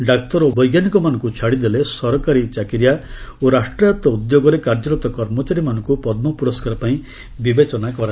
ଡାକ୍ତର ଓ ବୈଜ୍ଞାନିକମାନଙ୍କୁ ଛାଡ଼ି ଦେଲେ ସରକାରୀ ଚାକିରୀଆ ଓ ରାଷ୍ଟ୍ରାୟତ ଉଦ୍ୟୋଗରେ କାର୍ଯ୍ୟରତ କର୍ମଚାରୀମାନଙ୍କୁ ପଦ୍ମ ପୁରସ୍କାର ପାଇଁ ବିବେଚନା କରାଯାଇ ନ ଥାଏ